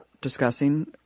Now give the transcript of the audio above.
discussing